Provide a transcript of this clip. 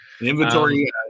inventory